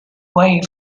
way